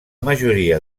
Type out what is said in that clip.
majoria